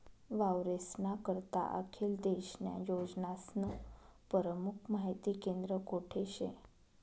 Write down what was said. वावरेस्ना करता आखेल देशन्या योजनास्नं परमुख माहिती केंद्र कोठे शे?